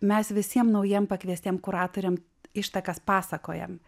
mes visiem naujiem pakviestiem kuratoriam ištakas pasakojam